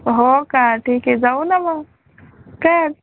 हो का ठीक आहे जाऊ न मग काय